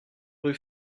rue